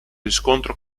riscontro